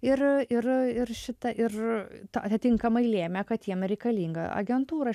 ir ir ir šitą ir atitinkamai lėmė kad jiem reikalinga agentūra